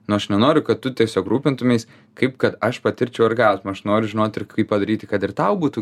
nu aš nenoriu kad tu tiesiog rūpintumeis kaip kad aš patirčiau orgazmą aš noriu žinot ir kaip padaryti kad ir tau būtų